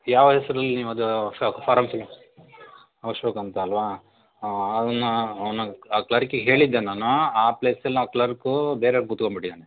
ಯಾವ ಹೆಸ್ರಲ್ಲಿ ನೀವು ಅದ ಫಾರಮ್ ಫಿಲ್ ಅಶೋಕ್ ಅಂತಲ್ವ ಅವ್ನು ಅವ್ನಿಗೆ ಆ ಕ್ಲರ್ಕಿಗೆ ಹೇಳಿದ್ದೆ ನಾನು ಆ ಪ್ಲೇಸಿನ ಕ್ಲರ್ಕೂ ಬೇರೆ ಕೂತ್ಕೊಂಡ್ಬಿಟ್ಟಿದಾನೆ